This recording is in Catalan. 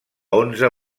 onze